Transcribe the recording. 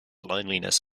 loneliness